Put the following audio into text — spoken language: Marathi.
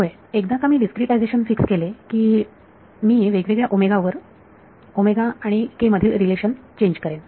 होय एकदा का मी डीस्क्रीटायझेशन फिक्स केले की मी वेगवेगळ्या ओमेगा वर आणि k मधील रिलेशन चेंज करेन